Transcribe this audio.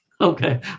Okay